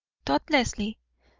thoughtlessly,